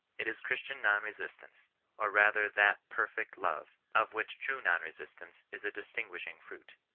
it is christian non resistance or rather that perfect love, of which true non resistance is a distinguishing fruit.